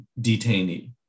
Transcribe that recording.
detainee